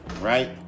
right